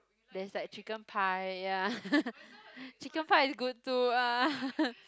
there's like chicken pie ya chicken pie is good too ah